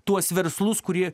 tuos verslus kurie